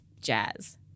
jazz